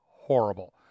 horrible